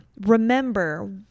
remember